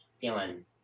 feeling